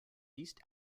east